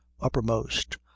uppermost